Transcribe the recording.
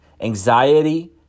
anxiety